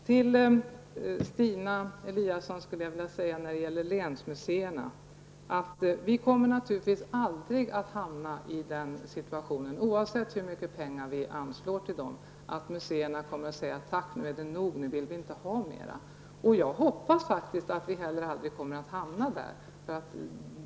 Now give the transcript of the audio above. Till Stina Eliasson skulle jag när det gäller länsmuseerna vilja säga att vi naturligtvis aldrig kommer att hamna i den situationen -- oavsett hur mycket pengar vi anslår -- att museerna säger: Tack, nu är det nog, nu vill vi inte ha mera. Jag hoppas faktiskt att vi heller aldrig kommer att hamna där.